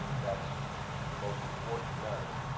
that's the most important letter.